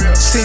See